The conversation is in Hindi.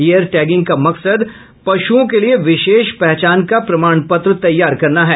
ईयर टैंगिंग का मकसद पशुओं के लिये विशेष पहचान का प्रमाण पत्र तैयार करना है